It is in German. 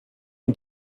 und